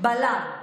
בל"מ.